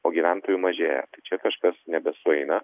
o gyventojų mažėja tai čia kažkas nebesueina